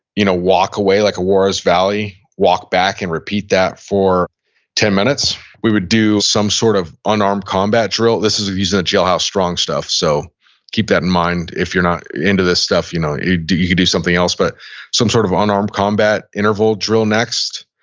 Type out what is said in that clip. you know walk away like a juarez valley, walk back and repeat that for ten minutes. we would do some sort of unarmed combat drill. this is using the jailhouse strong stuff, so keep that in mind. if you're not into this stuff, you know you could do something else, but some sort of unarmed combat interval drill next,